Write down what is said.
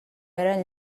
eren